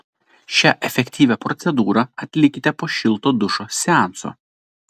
šią efektyvią procedūrą atlikite po šilto dušo seanso